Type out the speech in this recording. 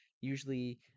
usually